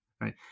Right